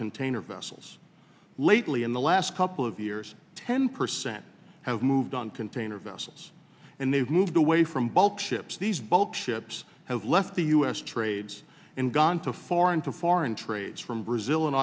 container vessels lately in the last couple of years ten percent have moved on container vessels and they've moved away from bulk ships these bulk ships have left the u s trades and gone to foreign to foreign trades from brazil